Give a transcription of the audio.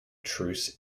truce